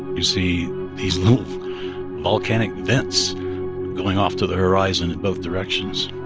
you see these little volcanic vents going off to the horizon in both directions